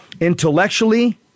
intellectually